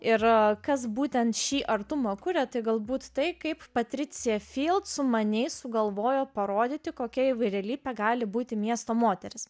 ir kas būtent šį artumą kuria tai galbūt tai kaip patricija sumaniai sugalvojo parodyti kokia įvairialypė gali būti miesto moteris